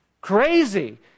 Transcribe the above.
crazy